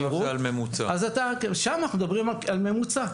אז שם אנחנו מדברים על ממוצע.